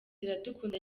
iradukunda